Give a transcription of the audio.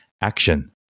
action